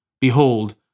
Behold